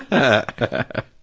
a